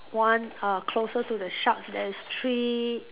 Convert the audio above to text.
one uh closer to the shark there is three